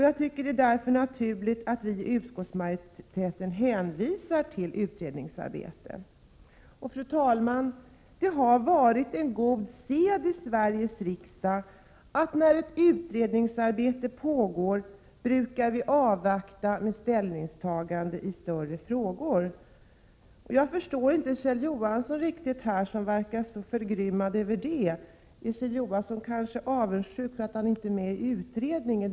Jag tycker därför det är naturligt att vi i utskottsmajoriteten hänvisar till utredningsarbetet. Det har varit god sed i Sveriges riksdag att när ett utredningsarbete pågår, så avvaktar vi med ställningstaganden i större frågor. Jag förstår inte riktigt Kjell Johansson, som verkar så förgrymmad över detta. Är Kjell Johansson kanske avundsjuk för att han inte är med i utredningen?